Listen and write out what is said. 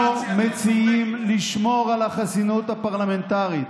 אנחנו מציעים לשמור על החסינות הפרלמנטרית.